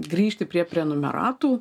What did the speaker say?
grįžti prie prenumeratų